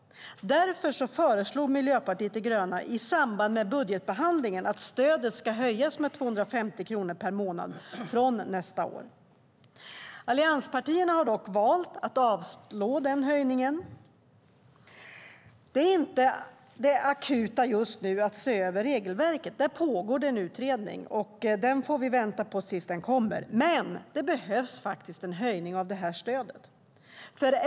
Därför föreslår Miljöpartiet de gröna i samband med budgetbehandlingen att stödet ska höjas med 250 kronor per månad från nästa år. Allianspartierna har dock valt att avslå den höjningen. Det akuta just nu är inte att se över regelverket - där pågår det en utredning som vi får vänta på - utan det behövs en höjning av det här stödet.